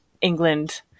England